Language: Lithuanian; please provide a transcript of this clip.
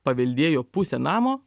paveldėjo pusę namo